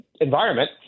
environment